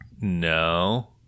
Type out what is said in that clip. No